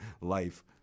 life